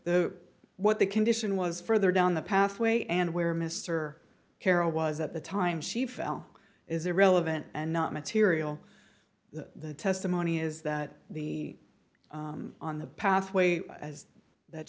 the what the condition was further down the pathway and where mr carroll was at the time she fell is irrelevant and not material the testimony is that the on the pathway that